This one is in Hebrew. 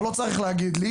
אתה לא צריך להגיד לי,